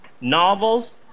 novels